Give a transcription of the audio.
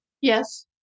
Yes